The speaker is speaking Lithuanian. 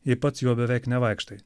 jei pats juo beveik nevaikštai